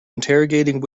interrogating